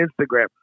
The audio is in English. Instagram